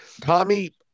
Tommy